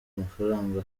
amafaranga